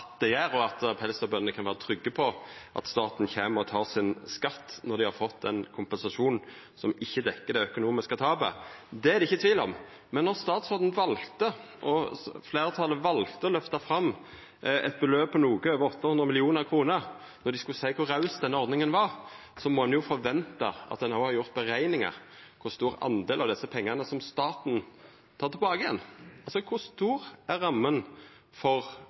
det gjer, og at pelsdyrbøndene kan vera trygge på at staten kjem og tek sin skatt når dei har fått ein kompensasjon som ikkje dekkjer det økonomiske tapet. Det er det ikkje tvil om. Men når statsråden og fleirtalet valde å løfta fram eit beløp på noko over 800 mill. kr når dei skulle seia kor raus denne ordninga var, må ein jo forventa at ein har gjort berekningar av kor stor del av desse pengane staten tek tilbake igjen. Kor stor er ramma for